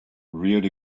reared